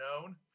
known